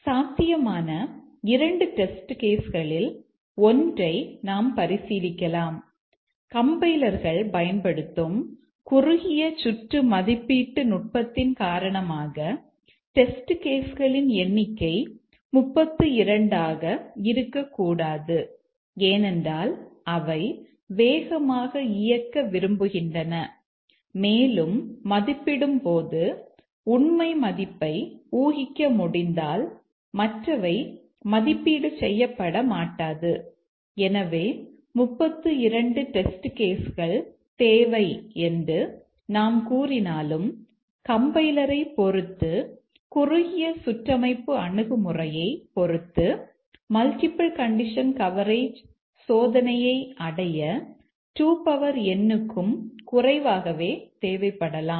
சாத்தியமான 2 test case கள் தேவை என்று நாம் கூறினாலும் கம்பைலரைப் பொறுத்து குறுகிய சுற்றமைப்பு அணுகுமுறையைப் பொறுத்து மல்டிபிள் கண்டிஷன் கவரேஜ் சோதனையை அடைய 2n க்கும் குறைவாகவே தேவைப்படலாம்